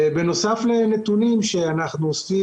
בנוסף לנתונים שאנחנו אוספים,